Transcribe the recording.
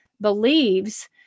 believes